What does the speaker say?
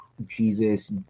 jesus